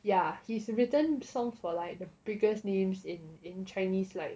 yeah he's written songs for like the biggest names in in chinese like